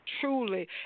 truly